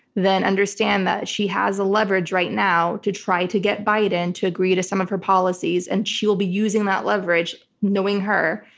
then understand that she has leverage right now to try to get biden to agree to some of her policies, and she will be using that leverage knowing her.